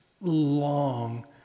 long